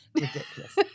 Ridiculous